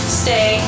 stay